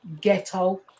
ghetto